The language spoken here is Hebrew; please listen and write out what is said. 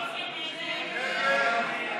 ההסתייגות (253) של חבר הכנסת